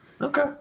Okay